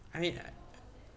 I mean